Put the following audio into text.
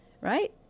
right